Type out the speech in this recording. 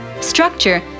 structure